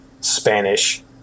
Spanish